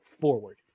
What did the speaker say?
forward